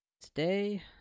today